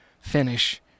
finish